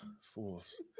fools